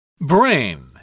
Brain